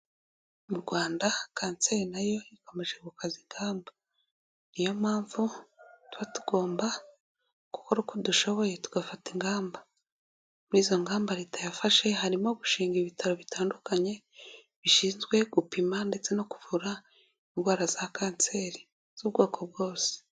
Mu Rwanda kanseri na yo ikomeje gukaza ingamba, ni yo mpamvu tuba tugomba gukora uko dushoboye tugafata ingamba, muri izo ngamba leta yafashe harimo gushinga ibitaro bitandukanye, bishinzwe gupima ndetse no kuvura, indwara za kanseri z'ubwoko bwose.